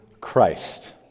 Christ